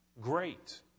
great